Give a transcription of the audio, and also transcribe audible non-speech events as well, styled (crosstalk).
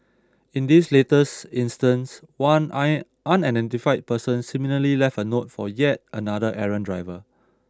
in this latest instance one (unintelligible) unidentified person similarly left a note for yet another errant driver